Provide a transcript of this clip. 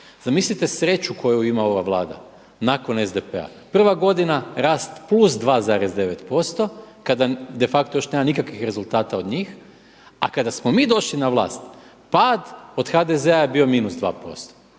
Zamislite sreću koju ima ova Vlada nakon SDP-a, prva godina rast plus 2,9% kada de facto još nema nikakvih rezultata od njih, a kada smo mi došli na vlast pad od HDZ-a je bio minus 2%.